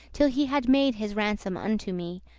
till he had made his ransom unto me,